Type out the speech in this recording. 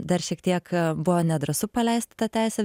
dar šiek tiek buvo nedrąsu paleisti tą teisę